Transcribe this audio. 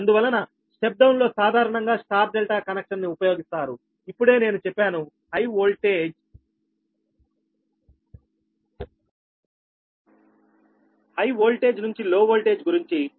అందువలన step down లో సాధారణంగా స్టార్ డెల్టా కనెక్షన్ ని ఉపయోగిస్తారుఇప్పుడే నేను చెప్పాను హై వోల్టేజ్ నుంచి లో ఓల్టేజ్ గురించి